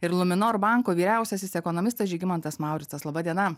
ir luminor banko vyriausiasis ekonomistas žygimantas mauricas laba diena